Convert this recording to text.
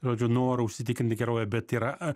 žodžiu norą užsitikrinti gerovę bet yra a